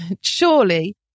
surely